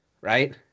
right